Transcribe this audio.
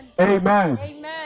Amen